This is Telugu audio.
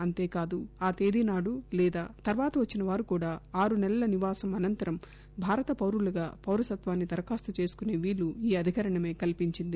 అంతే కాదు ఆ తేదీ నాడు లేదా తర్వాత వచ్చిన వారు కూడా ఆరు నెలల నివాసం అనంతరం భారత పౌరులుగా పౌరసత్వాన్ని దరఖాస్తు చేసుకునే వీలు ఈ అధికరణమే కల్పించింది